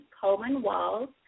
Coleman-Walls